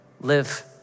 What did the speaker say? Live